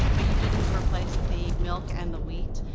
but you didn't replace the milk and the wheat.